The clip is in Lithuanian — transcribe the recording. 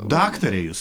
daktarė jūs